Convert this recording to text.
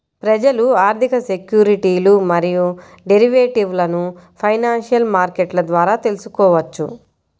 ప్రజలు ఆర్థిక సెక్యూరిటీలు మరియు డెరివేటివ్లను ఫైనాన్షియల్ మార్కెట్ల ద్వారా తెల్సుకోవచ్చు